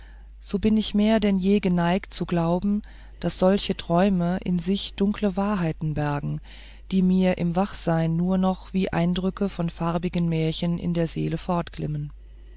so bin ich mehr denn je geneigt zu glauben daß solche träume in sich dunkle wahrheiten bergen die mir im wachsein nur noch wie eindrücke von farbigen märchen in der seele